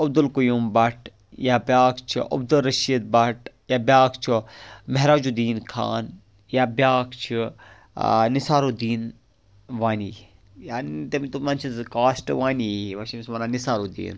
عبدُالقیوم بَٹ یا بیاکھ چھُ عبدُارشید بَٹ یا بیاکھ چھُ محراجُ دین خان یا بیاکھ چھُ نِثارُ دین وانی یا تِمَن چھِ زٕ کاسٹ وانی یی وونۍ چھِ تمِس وَنان نِثارُ دین